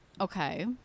Okay